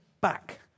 back